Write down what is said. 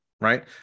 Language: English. right